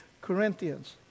Corinthians